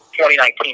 2019